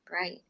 right